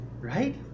right